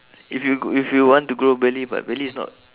if you gr~ if you want to grow belly but belly is not